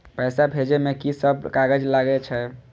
पैसा भेजे में की सब कागज लगे छै?